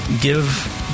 give